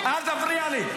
לא ------ אל תפריע לי.